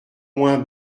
moins